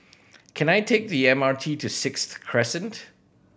can I take the M R T to Sixth Crescent